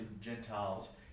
Gentiles